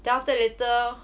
then after later